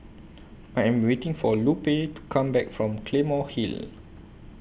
I Am waiting For Lupe to Come Back from Claymore Hill